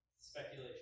Speculation